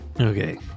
Okay